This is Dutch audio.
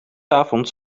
avonds